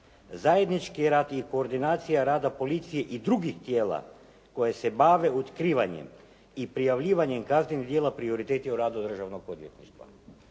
Zajednički rad i koordinacija rada policije i drugih tijela koje se bave otkrivanjem i prijavljivanjem kaznenih djela prioritet je u radu Državnog odvjetništva.